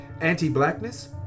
anti-blackness